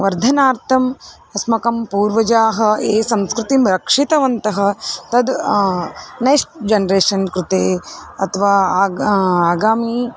वर्धनार्थम् अस्माकं पूर्वजाः ये संस्कृतिं रक्षितवन्तः तद् नेक्स्ट् जन्रेशन् कृते अथवा आगामि आगामि